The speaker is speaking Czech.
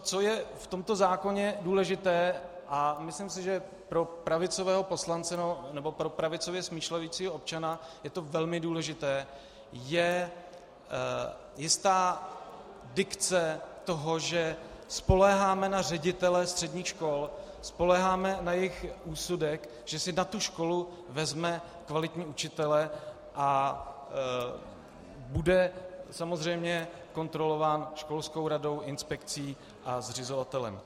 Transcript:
Co je v tomto zákoně důležité, a myslím si, že pro pravicového poslance nebo pro pravicově smýšlejícího občana je to velmi důležité, je jistá dikce toho, že spoléháme na ředitele středních škol, spoléháme na jejich úsudek, že si na tu školu vezme kvalitní učitele a bude samozřejmě kontrolovat školskou radou, inspekcí a zřizovatelem.